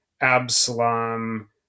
absalom